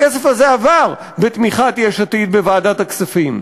הכסף הזה עבר בתמיכת יש עתיד בוועדת הכספים.